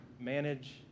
manage